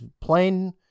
plain